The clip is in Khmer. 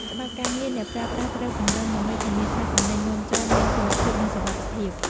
ច្បាប់ការពារអ្នកប្រើប្រាស់ត្រូវបានពង្រឹង ដើម្បីធានាថាទំនិញនាំចូលមានគុណភាព និងសុវត្ថិភាព។